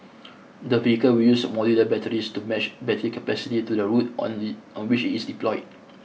the vehicle will use modular batteries to match battery capacity to the route on the on which it is deployed